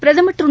பிரதமர் திரு